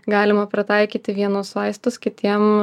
galima pritaikyti vienus vaistus kitiem